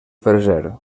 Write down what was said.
freser